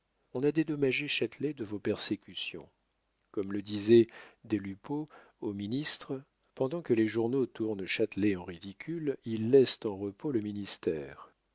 on a dédommagé châtelet de vos persécutions comme le disait des lupeaulx aux ministres pendant que les journaux tournent châtelet en ridicule ils laissent en repos le ministère